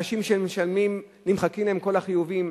אנשים שמשלמים, נמחקים להם כל החיובים.